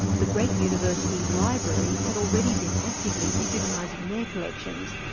the great university libraries had already been actively digitising their collections,